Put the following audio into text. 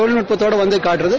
தொழில்நுட்பத்தோட வந்து காட்டுவது